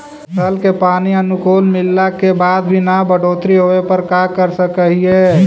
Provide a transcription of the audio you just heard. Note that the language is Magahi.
फसल के पानी अनुकुल मिलला के बाद भी न बढ़ोतरी होवे पर का कर सक हिय?